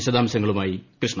വിശദാംശങ്ങളുമായി കൃഷ്ണ